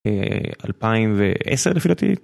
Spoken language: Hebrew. אלפיים ועשר לפי דעתי.